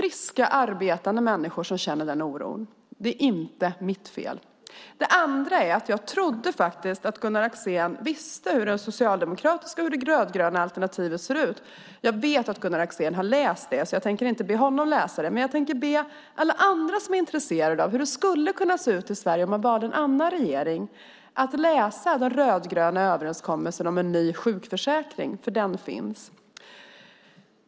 Friska, arbetande människor känner den oron. Det är inte mitt fel. För det andra trodde jag att Gunnar Axén visste hur det socialdemokratiska och det rödgröna alternativet ser ut. Jag vet att Gunnar Axén har läst det, och jag tänker därför inte be honom läsa det. Däremot tänkte jag be alla andra som är intresserade av hur det skulle kunna se ut i Sverige om man valde en annan regering att läsa den rödgröna överenskommelsen om en ny sjukförsäkring, för den finns.